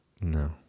no